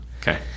Okay